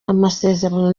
amasezerano